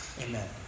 Amen